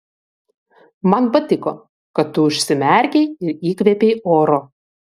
man patiko kad tu užsimerkei ir įkvėpei oro